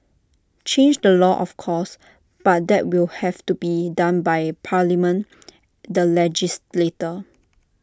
change the law of course but that will have to be done by parliament the legislators